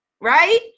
right